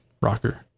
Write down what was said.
rocker